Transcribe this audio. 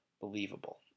Believable